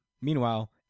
Meanwhile